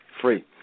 free